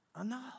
enough